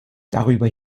darüber